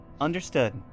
Understood